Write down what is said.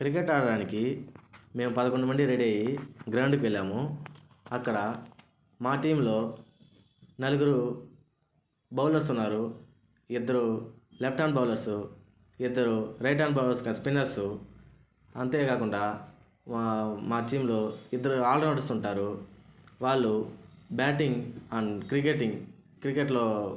cricket ఆడడానికి మేము పదకొండు మంది రెడీ అయ్యి గ్రౌండ్కి వెళ్ళాము అక్కడ మా టీంలో నలుగురు బౌలర్స్ ఉన్నారు ఇద్దరూ లెఫ్ట్ ఆర్మ్ బౌలర్స్ ఇద్దరూ రైట్ ఆర్మ్ బౌలర్స్ ఇంకా స్పిన్నర్స్ అంతే కాకుండా మా టీంలో ఇద్దరు ఆల్రౌండర్స్ ఉంటారు వాళ్లు బ్యాటింగ్ అండ్ క్రికెటింగ్ క్రికెట్లో